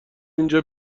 اینجا